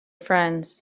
friends